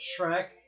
Shrek